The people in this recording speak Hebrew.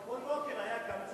כל בוקר היה קם,